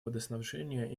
водоснабжения